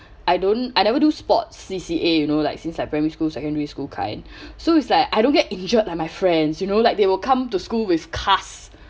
I don't I never do sports C_C_A you know like since like primary school secondary school kind so it's like I don't get injured like my friends you know like they will come to school with cast